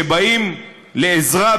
שבאים ל"עזרה",